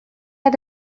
eta